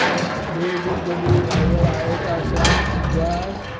त ॿिए ॾींहुं जॾहिं ड्राइवर आयो त असां वियासीं